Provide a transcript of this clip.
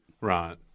Right